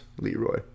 Leroy